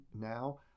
now